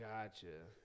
Gotcha